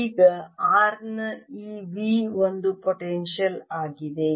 ಈಗ r ನ ಈ V ಒಂದು ಪೊಟೆನ್ಶಿಯಲ್ ಆಗಿದೆ